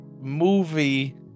movie